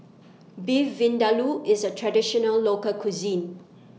Beef Vindaloo IS A Traditional Local Cuisine